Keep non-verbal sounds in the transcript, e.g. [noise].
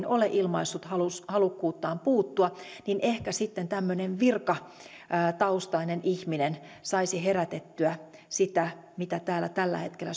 [unintelligible] ole ilmaissut halukkuuttaan puuttua niin ehkä sitten tämmöinen virkataustainen ihminen saisi herätettyä siihen mitä täällä suomessa tällä hetkellä [unintelligible]